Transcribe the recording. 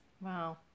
Wow